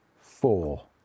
four